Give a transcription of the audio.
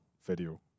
video